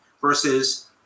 versus